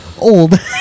old